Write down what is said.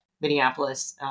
Minneapolis